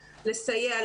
לסייע,